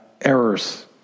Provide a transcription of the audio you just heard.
errors